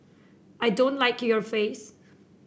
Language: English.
I don't like your face